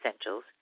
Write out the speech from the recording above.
essentials